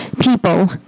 people